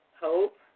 Hope